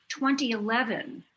2011